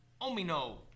Omino